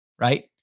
right